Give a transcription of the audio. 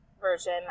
version